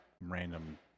random